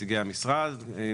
המשרד להגנת הסביבה,